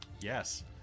Yes